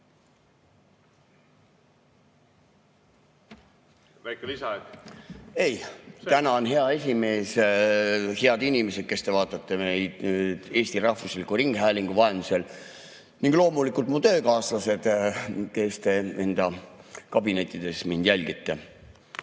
Eesti. Aitäh! Ei. Tänan, hea esimees! Head inimesed, kes te vaatate meid Eesti rahvusliku ringhäälingu vahendusel, ning loomulikult mu töökaaslased, kes te enda kabinettides mind jälgite!